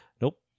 Nope